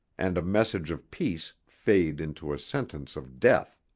and a message of peace fade into a sentence of death.